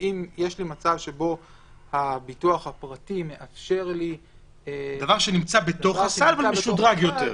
שאם יש מצב שבו הביטוח הפרטי מאפשר לי דבר שבתוך הסל - משודרג יותר.